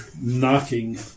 knocking